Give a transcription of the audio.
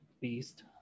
beast